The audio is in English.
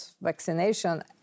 vaccination